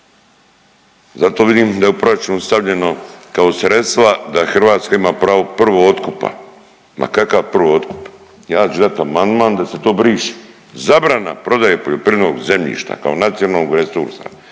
Zato vidim da je u proračunu stavljeno kao sredstva da Hrvatska ima pravo prvootkupa, ma kakav prvootkup, ja ću dat amandman da se to briše, zabrana prodaje poljoprivrednog zemljišta kao nacionalnog resursa